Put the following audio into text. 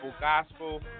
Gospel